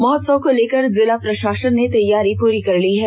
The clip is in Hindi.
महोत्सव को लेकर जिला प्रशासन ने तैयारी पूरी कर ली है